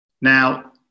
Now